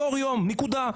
נקודה.